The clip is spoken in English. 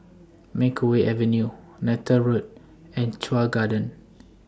Makeway Avenue Neythal Road and Chuan Garden